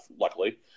luckily